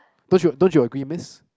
don't you don't you agree miss